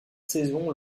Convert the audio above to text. saison